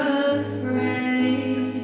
afraid